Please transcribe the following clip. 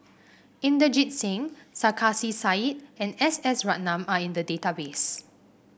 Inderjit Singh Sarkasi Said and S S Ratnam are in the database